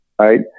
right